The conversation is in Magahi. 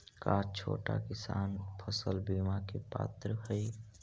का छोटा किसान फसल बीमा के पात्र हई?